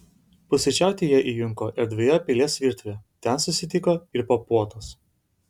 pusryčiauti jie įjunko erdvioje pilies virtuvėje ten susitiko ir po puotos